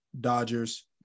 Dodgers